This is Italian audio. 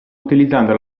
utilizzando